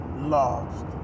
lost